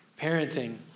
Parenting